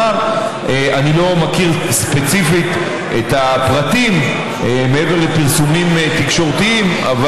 אני לא מכיר ספציפית את הפרטים מעבר לפרסומים תקשורתיים,